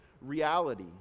reality